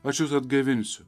aš jus atgaivinsiu